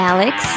Alex